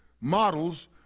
models